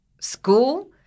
school